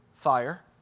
fire